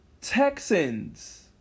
Texans